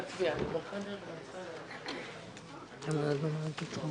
(הישיבה נפסקה בשעה 14:50 ונתחדשה בשעה 14:55.) רבותי,